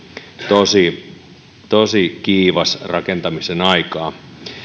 tosi tosi kiivasta rakentamisen aikaa